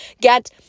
get